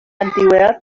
antigüedad